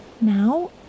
Now